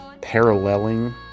paralleling